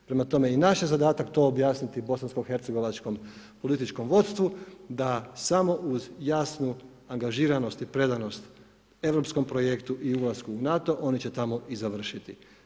Prema tome, i naš je zadatak to objasniti bosansko hercegovačkom političkom vodstvu, da samo uz jasnu angažiranost i predanost Europskom projektu i ulasku u NATO oni će tamo i završiti.